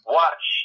watch